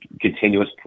continuous